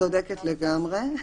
צודקת לגמרי.